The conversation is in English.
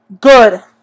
Good